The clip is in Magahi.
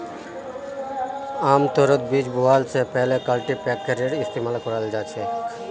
आमतौरत बीज बोवा स पहले कल्टीपैकरेर इस्तमाल कराल जा छेक